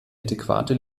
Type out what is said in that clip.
adäquate